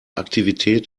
aktivität